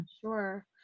Sure